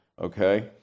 okay